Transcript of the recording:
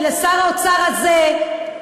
כי לשר האוצר הזה,